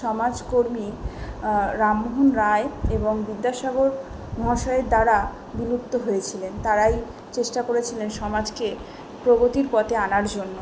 সমাজকর্মী রামমোহন রায় এবং বিদ্যাসাগর মহাশয়ের দ্বারা বিলুপ্ত হয়েছিলেন তারাই চেষ্টা করেছিলেন সমাজকে প্রগতির পথে আনার জন্য